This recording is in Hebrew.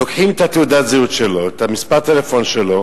לוקחים את תעודת הזהות שלו, את מספר הטלפון שלו.